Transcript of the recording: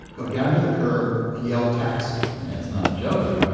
go down to the curb and yell, taxi. it's not a joke though, right?